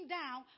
down